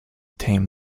tame